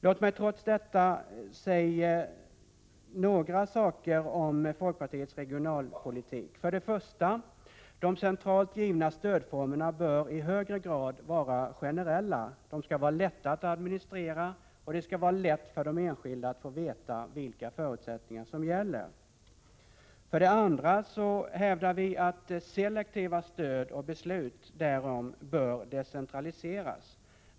Låt mig trots allt säga några saker om folkpartiets regionalpolitik. För det första bör de centralt givna stödformerna i högre grad vara generella. De skall vara lätta att administrera, och det skall vara lätt för de enskilda att få veta vilka förutsättningar som gäller. För det andra hävdar vi att selektiva stöd och beslut därom bör decentraliseras.